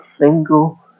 single